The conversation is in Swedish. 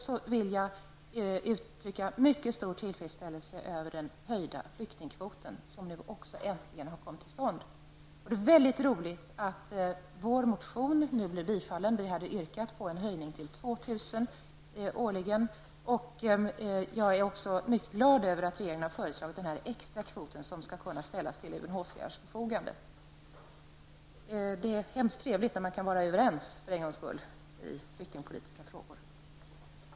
Jag vill uttrycka mycket stor tillfredsställelse med den höjda flyktingkvot som äntligen har kommit till stånd. Det är roligt att vår motion därom har tillstyrkts. Vi har yrkat på en höjning till 2 000 flyktingar årligen. Jag är mycket glad över den extrakvot som regeringen har föreslagit. Det är mycket trevligt att för en gångs skull kunna komma överens i flyktingpolitiska frågor.